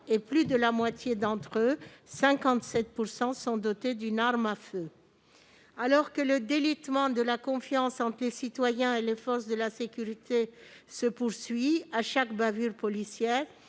et plus de la moitié d'entre eux- 57 % exactement - sont dotés d'une arme à feu. Alors que le délitement de la confiance entre les citoyens et les forces de sécurité se poursuit à chaque bavure policière